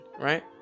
right